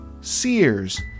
Sears